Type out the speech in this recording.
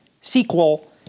sequel